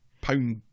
pound